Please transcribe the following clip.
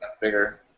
Bigger